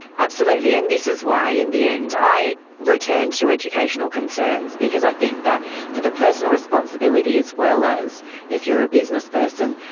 absolutely, and this is why in the end i return to educational concerns because i think that for the personal responsibility as well as if you're a businessperson,